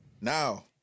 Now